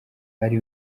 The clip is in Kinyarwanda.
ari